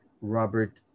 Robert